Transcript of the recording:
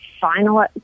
final